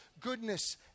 goodness